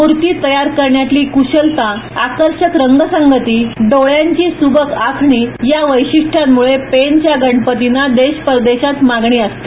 मूर्ती तयार करण्यातली क्शलता आकर्षक रंग संगती डोळ्यांची सुबक आखणी या वैशिष्ट्यांमुळे पेणच्या गणपतींना देश परदेशात मागणी असते